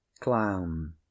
Clown